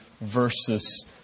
versus